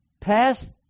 past